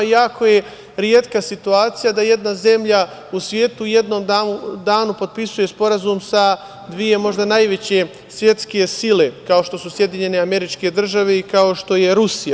Jako je retka situacija da jedna zemlja u svetu u jednom danu potpisuje sporazum sa dve možda najveće svetske sile, kao što su SAD i kao što je Rusija.